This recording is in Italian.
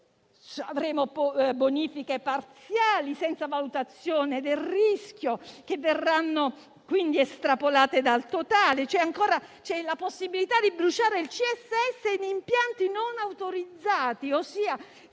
Avremo bonifiche parziali, senza valutazione del rischio, che verranno quindi estrapolate dal totale. C'è la possibilità di bruciare il CSS in impianti non autorizzati, ossia